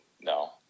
no